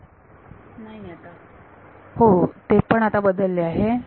विद्यार्थी नाही आता हो ते पण आता बदलले आहे